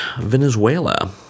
Venezuela